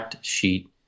sheet